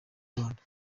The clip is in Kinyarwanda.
rwanda